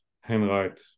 handwrite